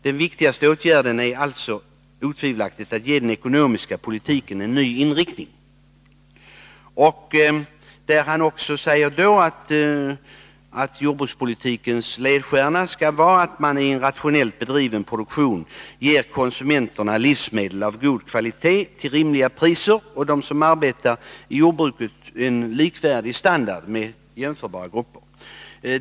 Den viktigaste åtgärden är alltså otvivelaktigt att ge den ekonomiska politiken en ny inriktning. Jordbruksministern sade vidare att jordbrukspolitikens ledstjärna skall vara att man genom en rationellt bedriven produktion ger konsumenterna livsmedel av god kvalitet till rimliga priser och dem som arbetar i jordbruket en med jämförbara grupper likvärdig standard.